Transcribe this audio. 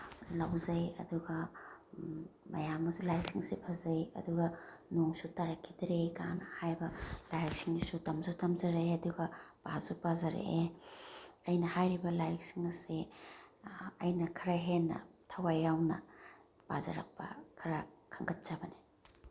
ꯂꯧꯖꯩ ꯑꯗꯨꯒ ꯃꯌꯥꯝ ꯑꯃꯁꯨ ꯂꯥꯏꯔꯤꯛꯁꯤꯡꯁꯦ ꯐꯖꯩ ꯑꯗꯨꯒ ꯅꯣꯡꯁꯨ ꯇꯥꯔꯛꯈꯤꯗ꯭ꯔꯦ ꯀꯥꯏꯅ ꯍꯥꯏꯕ ꯂꯥꯏꯔꯤꯛꯁꯤꯡꯁꯤꯁꯨ ꯇꯝꯁꯨ ꯇꯝꯖꯔꯛꯑꯦ ꯑꯗꯨꯒ ꯄꯥꯁꯨ ꯄꯥꯖꯔꯛꯑꯦ ꯑꯩꯅ ꯍꯥꯏꯔꯤꯕ ꯂꯥꯏꯔꯤꯛꯁꯤꯡ ꯑꯁꯦ ꯑꯩꯅ ꯈꯔ ꯍꯦꯟꯅ ꯊꯋꯥꯏ ꯌꯥꯎꯅ ꯄꯥꯖꯔꯛꯄ ꯈꯔ ꯈꯟꯒꯠꯆꯕꯅꯦ